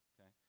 Okay